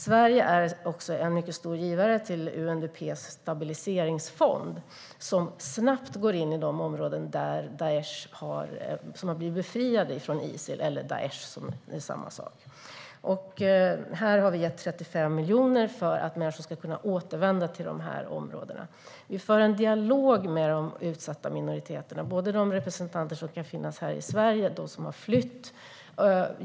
Sverige är också en mycket stor givare till UNDP:s stabiliseringsfond, som snabbt går in i de områden som har blivit befriade från Isil/Daish. Vi har gett 35 miljoner för att människor ska kunna återvända till dessa områden. Vi för en dialog med de utsatta minoriteterna, både med de representanter som kan finnas här i Sverige och de som har flytt.